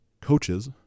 coaches